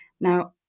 Now